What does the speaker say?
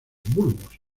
bulbos